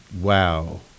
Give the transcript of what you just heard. Wow